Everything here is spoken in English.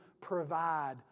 provide